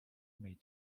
mej